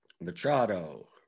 Machado